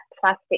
plastic